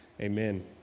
amen